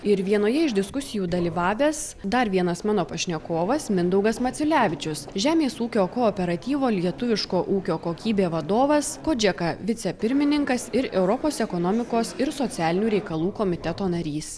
ir vienoje iš diskusijų dalyvavęs dar vienas mano pašnekovas mindaugas maciulevičius žemės ūkio kooperatyvo lietuviško ūkio kokybė vadovas kodžeka vicepirmininkas ir europos ekonomikos ir socialinių reikalų komiteto narys